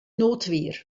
notwehr